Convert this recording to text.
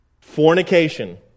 fornication